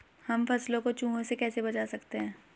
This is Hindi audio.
हम फसलों को चूहों से कैसे बचा सकते हैं?